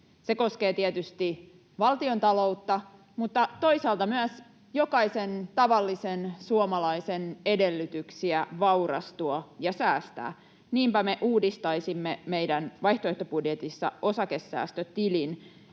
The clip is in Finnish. Se koskee tietysti valtiontaloutta, mutta toisaalta myös jokaisen tavallisen suomalaisen edellytyksiä vaurastua ja säästää. Niinpä me uudistaisimme meidän vaihtoehtobudjetissa osakesäästötilin.